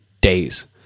days